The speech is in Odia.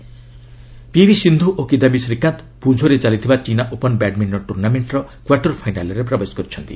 ଚାଇନା ଓପନ୍ ପିଭି ସିନ୍ଧୁ ଓ କିଦାୟୀ ଶ୍ରୀକାନ୍ତ ଫୁଝୋରେ ଚାଲିଥିବା ଚୀନା ଓପନ୍ ବ୍ୟାଡ୍ମିଣ୍ଟନ ଟୁର୍ଷ୍ଣାମେଣ୍ଟର କ୍ୱାର୍ଟର୍ ଫାଇନାଲ୍ରେ ପ୍ରବେଶ କରିଛନ୍ତି